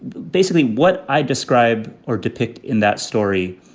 basically what i describe or depict in that story